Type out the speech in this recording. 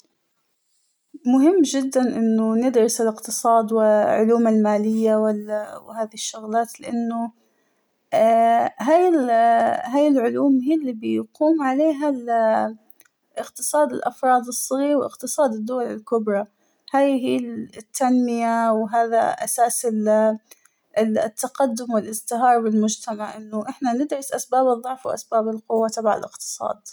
مهم جداً إنه ندرس الإقتصاد وعلوم المالية وال وهذى الشغلات ، لإنه هاى اا هاى العلوم هى اللى بيقوم عليها إقتصاد الأفراد الصغير وإقتصاد الدول الكبرى ، هاى هى التنمية وهذا أساس ال - التقدم والإزدهار بالمجتمع إنه إحنا ندرس أسباب الضعب وأسباب القوة تبع الإقتصاد.